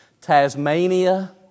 Tasmania